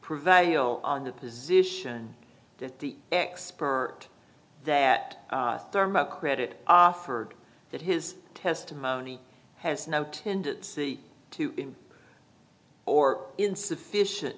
prevail on the position that the expert that thermite credit offered that his testimony has no tendency to in or insufficient